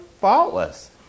faultless